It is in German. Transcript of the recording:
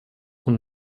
und